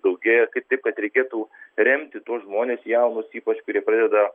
daugėja kaip taip kad reikėtų remti tuos žmones jaunus ypač kurie pradeda